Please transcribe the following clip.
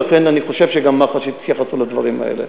ולכן אני חושב שגם מח"ש יתייחסו לדברים האלה.